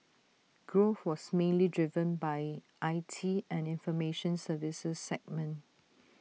growth was mainly driven by I T and information services segment